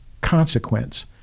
consequence